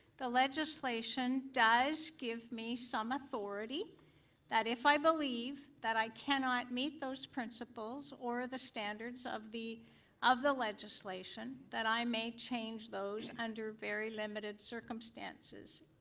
the legislation does give me some authority that if i believe i cannot meet those principles or the standards of the of the legislation, that i may change those under very limited circumstances.